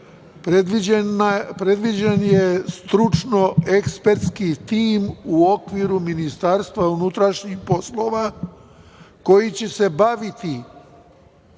predviđen je stručno-ekspertski tim u okviru Ministarstva unutrašnjih poslova, koji će se baviti